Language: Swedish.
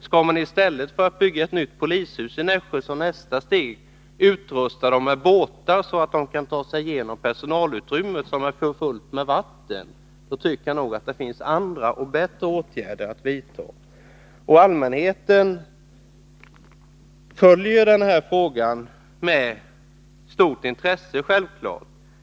Skall man i stället för att bygga ett nytt polishus i Nässjö utrusta personalen med båtar, så att den kan ta sig igenom de personalutrymmen som är fulla med vatten? Jag tycker att det finns andra och bättre åtgärder att vidta. Också allmänheten följer självfallet den här frågan med stort intresse.